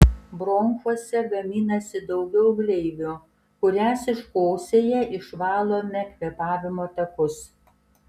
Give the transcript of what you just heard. bronchuose gaminasi daugiau gleivių kurias iškosėję išvalome kvėpavimo takus